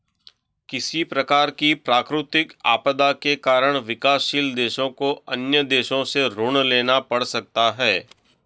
किसी प्रकार की प्राकृतिक आपदा के कारण विकासशील देशों को अन्य देशों से ऋण लेना पड़ सकता है